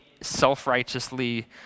self-righteously